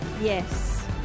Yes